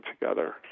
together